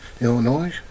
Illinois